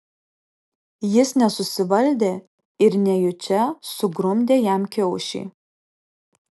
jis nesusivaldė ir nejučia sugrumdė jam kiaušį